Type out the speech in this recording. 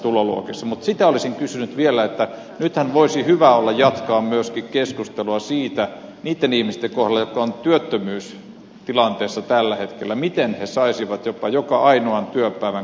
mutta sitä olisin sanonut vielä että nythän voisi hyvä olla jatkaa myöskin keskustelua niitten ihmisten kohdalla jotka ovat työttömyystilanteessa tällä hetkellä siitä miten he saisivat jopa joka ainoan työpäivän kannattavaksi ja kannustavaksi